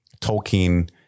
Tolkien